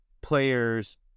players